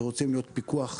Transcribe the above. רוצים להיות פיקוח מוביל,